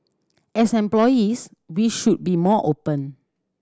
as employees we should be more open